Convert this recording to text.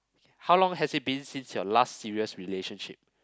how long has it been since your last serious relationship